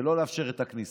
ולא לאפשר את הכניסה.